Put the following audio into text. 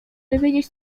dowiedzieć